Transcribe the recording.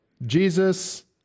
Jesus